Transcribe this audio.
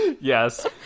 yes